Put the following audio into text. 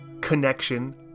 connection